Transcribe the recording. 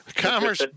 Commerce